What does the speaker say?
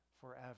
forever